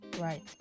right